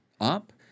up